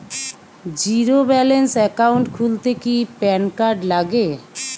Zero balance account খুলতে কি PAN card লাগে?